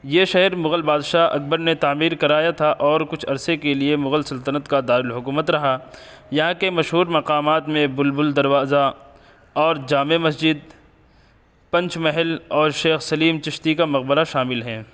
یہ شہر مغل بادشاہ اکبر نے تعمیر کرایا تھا اور کچھ عرصے کے لیے مغل سلطنت کا دار الحکومت رہا یہاں کے مشہور مقامات میں بلبل دروازہ اور جامع مسجد پنچ محل اور شیخ سلیم چشتی کا مقبرہ شامل ہیں